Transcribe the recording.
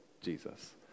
Jesus